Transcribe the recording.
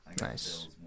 Nice